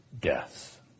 death